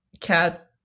cat